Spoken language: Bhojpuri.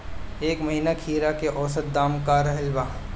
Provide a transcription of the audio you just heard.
एह महीना खीरा के औसत दाम का रहल बा?